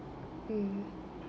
mm